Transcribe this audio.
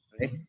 right